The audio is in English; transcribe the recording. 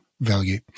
value